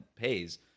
pays